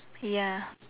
ya